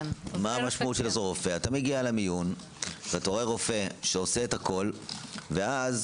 מה המשמעות - אתה מגיע למיון ורואה רופא שעושה הכול ואז